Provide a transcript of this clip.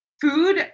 food